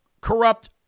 corrupt